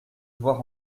voir